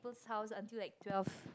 people's house until like twelve